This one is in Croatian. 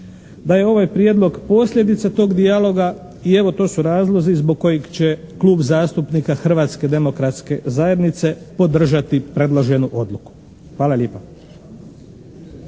Da je ovaj Prijedlog posljedica tog dijaloga i evo, to su razlozi zbog kojih će Klub zastupnika Hrvatske demokratske zajednice podržati predloženu odluku. Hvala lijepa.